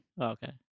Okay